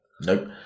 Nope